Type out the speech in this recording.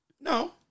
No